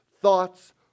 thoughts